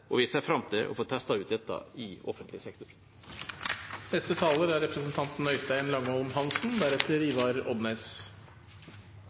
og vi ser fram til å få testet ut dette i offentlig sektor. «Blokkjeder», som er